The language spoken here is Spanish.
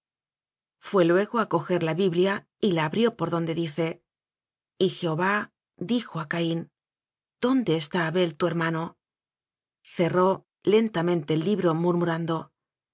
fué luego a cojer la biblia y la abrió por donde dice y jehová dijo a caín dónde está abel tu hermano cerró lentamente el libro murmurando